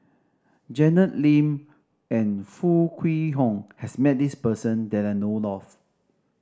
Janet Lim and Foo Kwee Horng has met this person that I know of